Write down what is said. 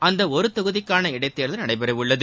அந்த ஒரு தொகுதிக்கான இடைத்தேர்தல் நடைபெறவுள்ளது